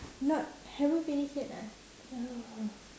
not haven't finish yet lah